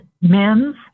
men's